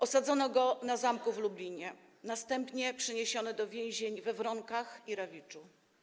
Osadzono go na Zamku w Lublinie, następnie przeniesiono do więzień we Wronkach i Rawiczu.